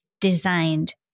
designed